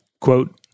Quote